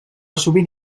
sovint